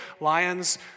lions